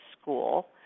school